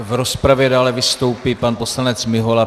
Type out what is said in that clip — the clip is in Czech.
V rozpravě dále vystoupí pan poslanec Mihola.